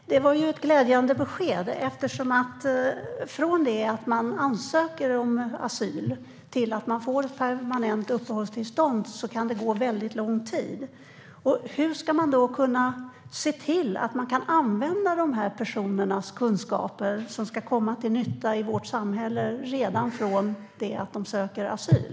Fru talman! Det var ett glädjande besked. Från det att man ansöker om asyl till att man får ett permanent uppehållstillstånd kan det gå lång tid. Hur ska vi då kunna se till att använda de här personernas kunskaper så att de kommer till nytta i vårt samhälle redan från det att de söker asyl?